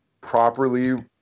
properly